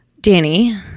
Danny